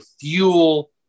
fuel